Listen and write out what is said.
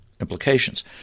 implications